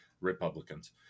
Republicans